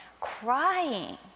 crying